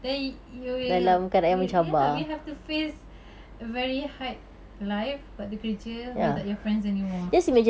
then you will you ya we have to face a very hard life waktu kerja without your friends anymore